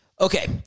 Okay